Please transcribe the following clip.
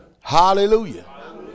Hallelujah